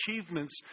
achievements